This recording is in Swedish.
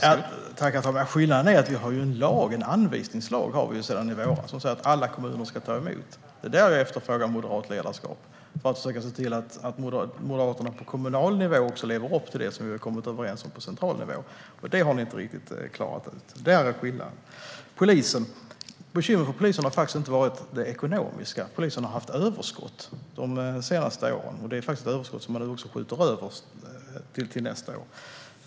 Herr talman! Skillnaden är ju att vi sedan i våras har en anvisningslag som säger att alla kommuner ska ta emot. Det är där jag efterfrågar moderat ledarskap, för att försöka se till att Moderaterna på kommunal nivå lever upp till det vi har kommit överens om på central nivå. Det har ni inte riktigt klarat ut, Johan Forssell, och det är en skillnad. Bekymret för polisen har faktiskt inte varit det ekonomiska. Polisen har haft överskott de senaste åren, och det är faktiskt överskott som man nu skjuter över till nästa år.